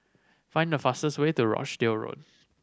find the fastest way to Rochdale Road